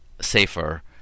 safer